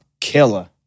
killer